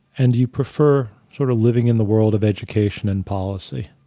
and you prefer sort of living in the world of education and policy?